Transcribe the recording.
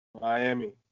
Miami